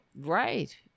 Right